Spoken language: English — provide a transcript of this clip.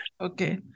Okay